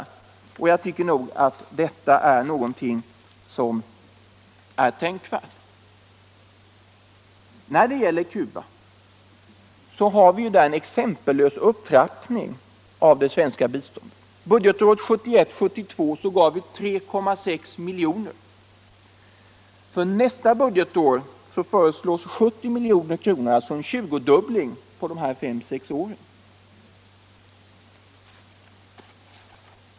Det tycker jag är tänkvärt. I Cuba har vi en exempellös upptrappning av det svenska biståndet. Budgetåret 1971/72 gav vi 3,6 miljoner. För nästa budgetår föreslås 70 miljoner, alltså en 20-dubbling på dessa fem sex år.